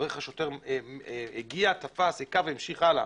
אתה רואה איך השוטר הגיע, תפס, היכה והמשיך הלאה.